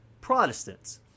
Protestants